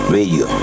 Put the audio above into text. radio